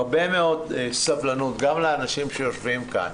הרבה מאוד סבלנות גם לאנשים שיושבים כאן,